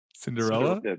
Cinderella